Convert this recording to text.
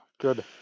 good